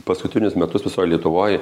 paskutinius metus visoj lietuvoj